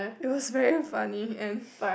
it was very funny and